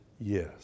yes